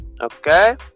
Okay